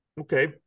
Okay